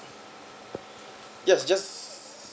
yes just